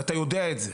ואתה יודע את זה,